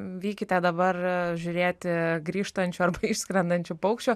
vykite dabar žiūrėti grįžtančių ar išskrendančių paukščių